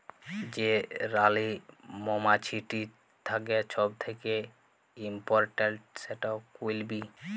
যে রালী মমাছিট থ্যাকে ছব থ্যাকে ইমপরট্যাল্ট, সেট কুইল বী